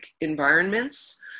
environments